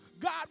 God